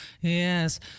yes